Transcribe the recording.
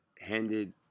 handed